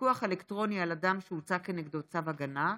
פיקוח אלקטרוני על אדם שהוצא כנגדו צו הגנה),